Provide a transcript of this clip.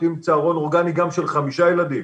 וצהרון אורגני גם של חמישה ילדים.